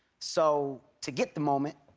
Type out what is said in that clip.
so to get the moment,